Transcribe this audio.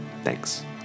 Thanks